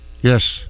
yes